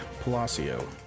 Palacio